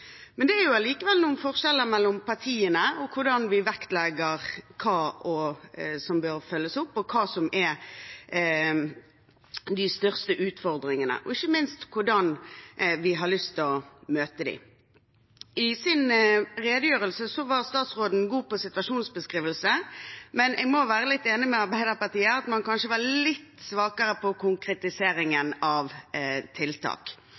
Det er likevel noen forskjeller mellom partiene i hvordan vi vektlegger hva som bør følges opp, hva som er de største utfordringene, og ikke minst hvordan vi har lyst til å møte dem. I sin redegjørelse var statsråden god på situasjonsbeskrivelse, men jeg må være litt enig med Arbeiderpartiet i at han kanskje var litt svakere når det gjaldt konkretiseringen av tiltak.